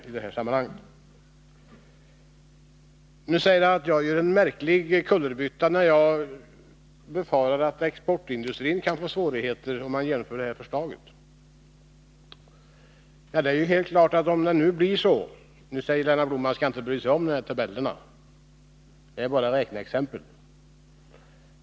Nu påstår Lennart Blom att jag gör en märklig kullerbytta, när jag befarar att exportindustrin kan få svårigheter om förslaget genomförs. Lennart Blom säger visserligen att man inte skall bry sig om tabellerna, eftersom de bara är räkneexempel.